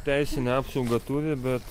teisinę apsaugą turi bet